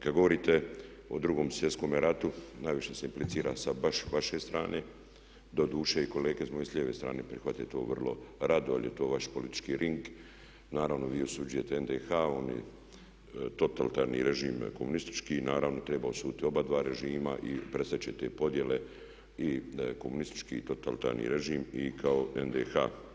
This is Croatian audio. Kad govorite o Drugome svjetskom ratu, najviše se implicira sa baš vaše strane, doduše i kolege s moje lijeve strane prihvate to vrlo rado ali to je vaš politički ring, naravno vi osuđujete NDH, oni totalitarni režim, komunistički i naravno treba osuditi oba dva režima i presjeći te podjele i komunistički i totalitarni režim i kao NDH.